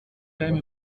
game